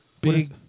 big